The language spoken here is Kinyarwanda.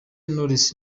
knowless